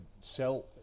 sell